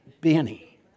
Benny